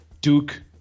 Duke